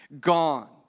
Gone